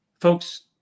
Folks